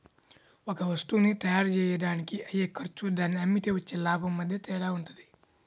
ఒక వత్తువుని తయ్యారుజెయ్యడానికి అయ్యే ఖర్చు దాన్ని అమ్మితే వచ్చే లాభం మధ్య తేడా వుంటది